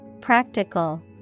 Practical